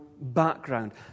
background